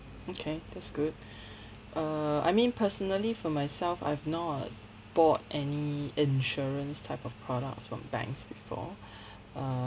okay that's good err I mean personally for myself I've not bought any insurance type of products from banks before